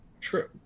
True